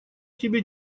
тебе